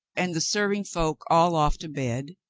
and the serving folk all off to bed,